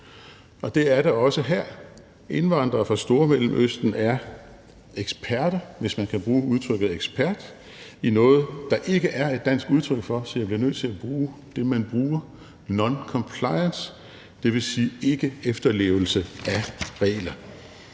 og det er det også her. Indvandrere fra Stormellemøsten er eksperter, hvis man kan bruge udtrykket ekspert, i noget, som der ikke er et dansk udtryk for, så jeg bliver nødt til at bruge det, som man bruger, nemlig non compliance, dvs. ikkeefterlevelse af regler.